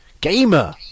Gamer